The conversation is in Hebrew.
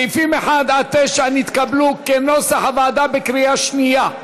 סעיפים 1 9 נתקבלו כנוסח הוועדה בקריאה שנייה.